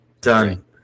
Done